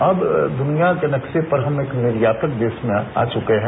अब दुनिया के नक्शे पर हम एक निर्यातक देश में आ चुके है